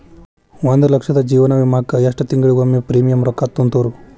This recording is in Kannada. ಒಂದ್ ಲಕ್ಷದ ಜೇವನ ವಿಮಾಕ್ಕ ಎಷ್ಟ ತಿಂಗಳಿಗೊಮ್ಮೆ ಪ್ರೇಮಿಯಂ ರೊಕ್ಕಾ ತುಂತುರು?